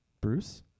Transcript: Bruce